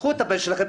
קחו את הבן שלכם,